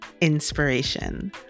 inspiration